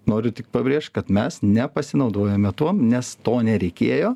noriu tik pabrėžt kad mes nepasinaudojome tuom nes to nereikėjo